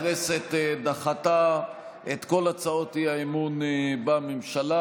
הכנסת דחתה את כל הצעות האי-אמון בממשלה.